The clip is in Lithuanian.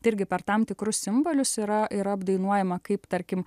tai irgi per tam tikrus simbolius yra yra apdainuojama kaip tarkim